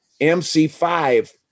MC5